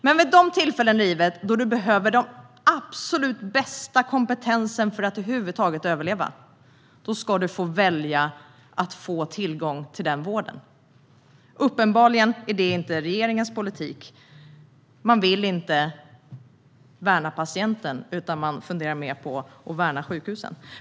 Men vid de tillfällen i livet där man behöver den absolut bästa kompetensen för att över huvud taget överleva ska man få välja att få tillgång till den vården. Uppenbarligen är det inte regeringens politik. Man vill inte värna patienten, utan man funderar mer på att värna sjukhusen.